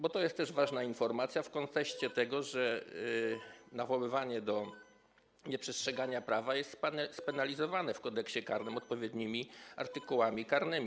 Bo to jest też ważna informacja w kontekście tego, że nawoływanie do nieprzestrzegania prawa jest spenalizowane w Kodeksie karnym odpowiednimi artykułami karnymi.